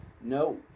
no